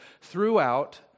throughout